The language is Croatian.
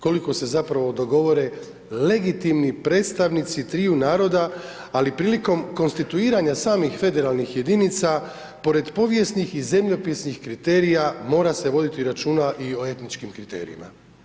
Koliko se zapravo dogovore legitimni predstavnici triju naroda, ali prilikom konstituiranja samih federalnih jedinica, pored povijesnih i zemljopisnih kriterijima, mora se voditi o računa i o etničkim kriterijima.